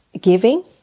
giving